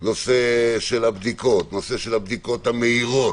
נושא הבדיקות, נושא הבדיקות המהירות